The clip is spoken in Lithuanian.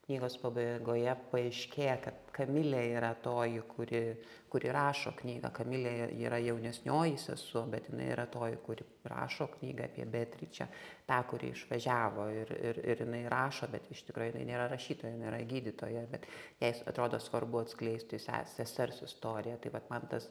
knygos pabaigoje paaiškėja kad kamilė yra toji kuri kuri rašo knygą kamilė yra jaunesnioji sesuo bet jinai yra toji kuri rašo knygą apie beatričę tą kuri išvažiavo ir ir ir jinai rašo bet iš tikro jinai nėra rašytoja jinai yra gydytoja bet jai atrodo svarbu atskleisti sesės sesers istoriją tai vat man tas